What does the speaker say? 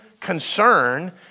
concern